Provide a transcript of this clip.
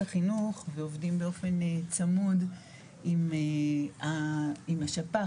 החינוך ועובדים באופן צמוד עם השפ"ח,